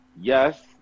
Yes